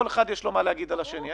כל אחד יש לו מה להגיד על השני.